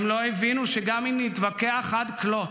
הם לא הבינו שגם אם נתווכח עד כלות,